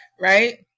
right